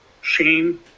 shame